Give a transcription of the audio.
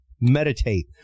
meditate